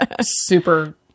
super